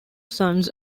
sons